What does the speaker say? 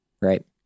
right